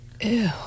ew